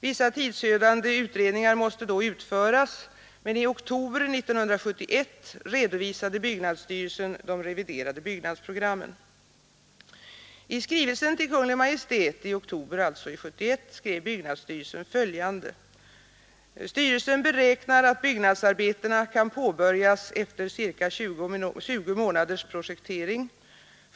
Vissa tidsödande utredningar måste då utföras, men i oktober 1971 redovisade byggnadsstyrelsen de reviderade byggnadsprogrammen. I skrivelsen till Kungl. Maj:t 1971 anförde byggnadsstyrelsen följande: ”Styrelsen beräknar att byggnadsarbetena kan påbörjas efter ca 20 månaders projektering. Byggtiden beräknas till ca 28 månader.